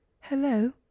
Hello